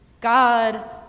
God